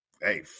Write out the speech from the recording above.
hey